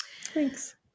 Thanks